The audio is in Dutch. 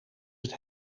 het